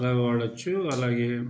బాగా వాడచ్చు అలాగే